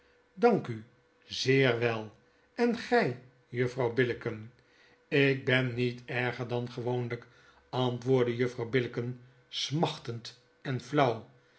dank u zeer wel en gij juffrouw billicken b lk ben niet erger dan gewoonlijk antwoordde juffrouw billicken smachtend en flauw